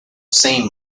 seem